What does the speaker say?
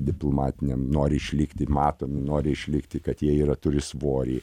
diplomatiniam nori išlikti matomi nori išlikti kad jie yra turi svorį